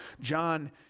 John